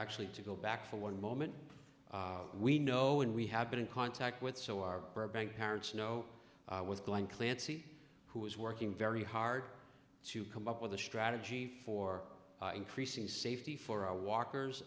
actually to go back for one moment we know and we have been in contact with so our burbank parents know with glen clancy who is working very hard to come up with a strategy for increasing safety for our walkers